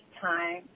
time